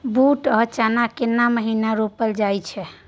बूट आ चना केना महिना रोपल जाय छै?